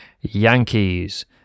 Yankees